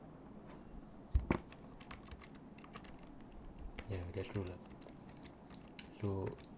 yeah that's true lah so